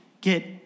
get